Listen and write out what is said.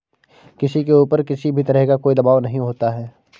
किसी के ऊपर किसी भी तरह का कोई दवाब नहीं होता है